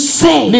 say